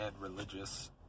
religious